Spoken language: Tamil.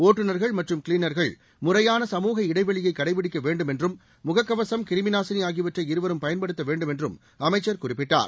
ஒட்டுநா்கள் மற்றும் கிளீனா்கள் முறையான சமூக இடைவெளியை கடைப்பிடிக்க வேண்டும் என்றும் முகக்கவசம் கிருமிநாசினி ஆகியவற்றை இருவரும் பயன்படுத்த வேண்டும் என்றும் அமைச்ச் குறிப்பிட்டார்